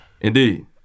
Indeed